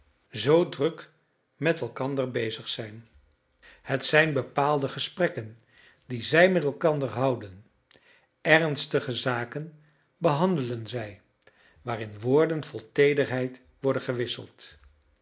zoo druk met elkander bezig zijn het zijn bepaalde gesprekken die zij met elkander houden ernstige zaken behandelen zij waarin woorden vol teederheid worden gewisseld